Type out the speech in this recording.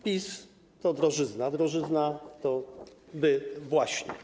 PiS to drożyzna, a drożyzna to wy właśnie.